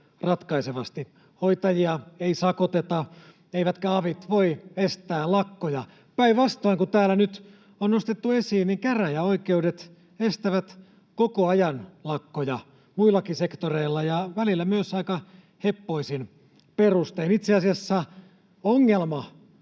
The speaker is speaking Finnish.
ratkaisevasti: hoitajia ei sakoteta, eivätkä avit voi estää lakkoja. Päinvastoin kuin täällä nyt on nostettu esiin, käräjäoikeudet estävät koko ajan lakkoja muillakin sektoreilla, ja välillä myös aika heppoisin perustein. Itse asiassa ongelma